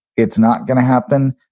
it's not gonna happen,